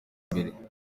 mbere